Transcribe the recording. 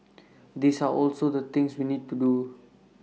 these are also the things we need to do